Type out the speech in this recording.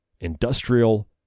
Industrial